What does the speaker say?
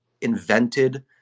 invented